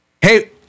Hey